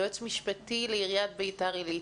יועץ משפטי לעיריית ביתר עילית,